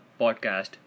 Podcast